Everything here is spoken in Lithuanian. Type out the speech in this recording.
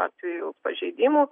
atvejų pažeidimų